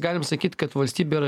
galim sakyt kad valstybė yra